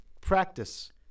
practice